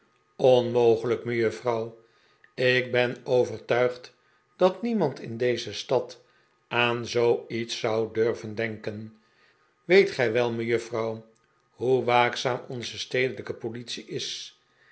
onmogelijk mejuffrouw ik ben overtuigd dat niemand in deze stad aan zoa iets zou durven denken weet gij wel mejuffrouw hoe waakzaam onze stedelijke politie is